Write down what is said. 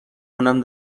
اونم